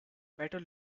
better